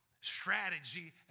strategy